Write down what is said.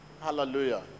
Hallelujah